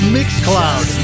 Mixcloud